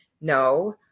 No